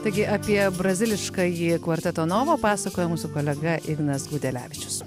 taigi apie braziliškąjį kvarteto novo pasakojo mūsų kolega ignas gudelevičius